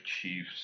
Chief's